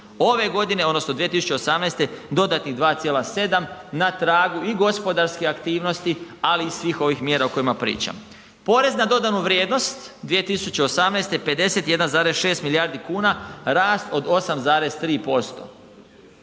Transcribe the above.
Ove godine odnosno 2018. dodatnih 2,7 na tragu i gospodarskih aktivnosti, ali i svih ovih mjera o kojima pričam. Porez na dodanu vrijednost 2018. 51,6 milijardi kuna, rast od 8,3%.